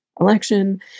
election